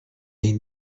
این